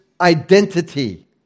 identity